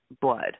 blood